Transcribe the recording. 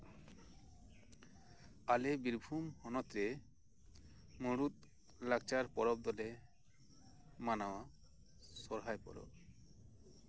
ᱟᱞᱮ ᱵᱤᱨᱵᱷᱩᱢ ᱦᱚᱱᱚᱛ ᱨᱮ ᱢᱩᱬᱩᱛ ᱞᱟᱠᱪᱟᱨ ᱯᱚᱨᱚᱵ ᱫᱚᱞᱮ ᱢᱟᱱᱟᱣᱟ ᱥᱚᱦᱨᱟᱭ ᱯᱚᱨᱚᱵᱽ